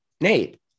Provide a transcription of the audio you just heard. Nate